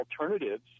alternatives